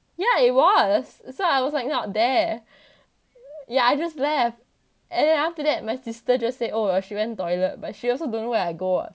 yeah it was so I was like out there yeah I just left and then after that my sister just say oh she went toilet but she also don't know where I go